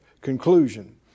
conclusion